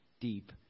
deep